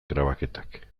grabaketak